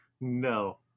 No